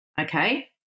okay